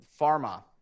pharma